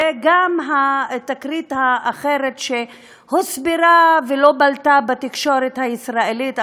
וגם התקרית האחרת שהוסברה ולא בלטה בתקשורת הישראלית,